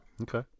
Okay